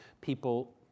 People